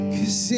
Cause